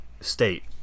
state